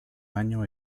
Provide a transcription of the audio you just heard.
año